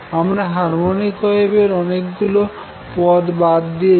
আমরা হারমনিক ওয়েভের অনেকগুলি পদ বাদ দিয়েছি